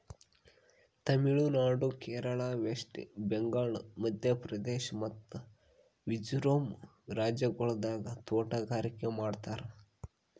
Tamil Nadu, Kerala, West Bengal, Madhya Pradesh ಮತ್ತ ಮಿಜೋರಂ ರಾಜ್ಯಗೊಳ್ದಾಗ್ ತೋಟಗಾರಿಕೆ ಮಾಡ್ತಾರ್